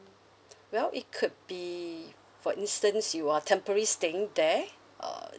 well it could be for instance you are temporary staying there err